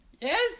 Yes